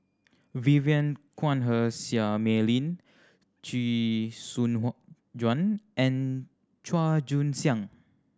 Vivien Quahe Seah Mei Lin Chee Soon Juan and Chua Joon Siang